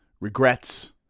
Regrets